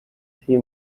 تیر